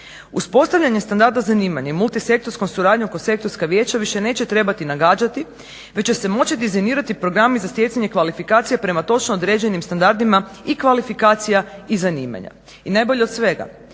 Uz postavljanje standarda zanimanja i multisektorskom suradnjom kroz sektorska vijeća više neće trebati nagađati već će se moći dizajnirati programi za stjecanje kvalifikacija prema točno određenim standardima i kvalifikacija i zanimanja. I najbolje od svega